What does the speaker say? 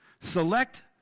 Select